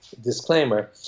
disclaimer